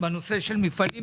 בנושא של מפעלים,